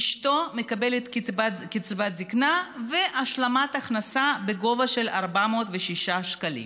אשתו מקבלת קצבת זקנה והשלמת הכנסה בגובה של 406 שקלים.